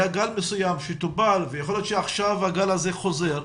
היה גל מסוים שטופל ויכול להיות שעכשיו הגל הזה חוזר,